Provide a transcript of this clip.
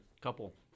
couple